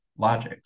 logics